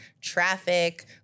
traffic